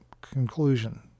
conclusion